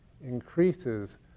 increases